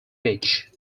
beach